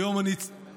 היום אני מפחד.